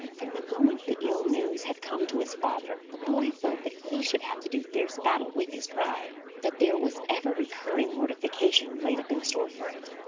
from the moment the ill news had come to his father, the boy felt that he should have to do fierce battle with his pride that there was ever-recurring mortification laid up in store for it.